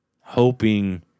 hoping